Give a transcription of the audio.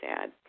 sad